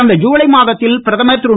கடந்த ஜுலை மாதத்தில் பிரதமர் திரு